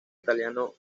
italiano